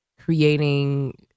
creating